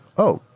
oh!